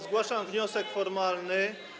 Zgłaszam wniosek formalny.